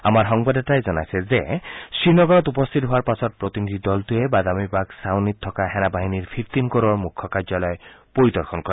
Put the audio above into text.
আমাৰ সংবাদদাতাই জনাইছে যে শ্ৰীনগৰত উপস্থিত হোৱাৰ পাছত প্ৰতিনিধি দলটোৱে বাদামীবাগ ছাউনিত থকা সেনাবাহিনীৰ ফিফটিন কৰৰ মুখ্য কাৰ্যালয় পৰিদৰ্শন কৰে